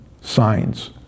Signs